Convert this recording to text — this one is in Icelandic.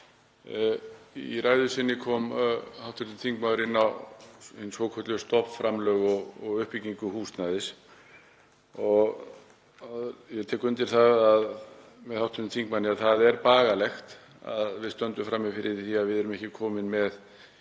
Í ræðu sinni kom hv. þingmaður inn á hin svokölluðu stofnframlög og uppbyggingu húsnæðis. Ég tek undir það með hv. þingmanni að það er bagalegt að við stöndum frammi fyrir því að við erum ekki komin með